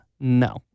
No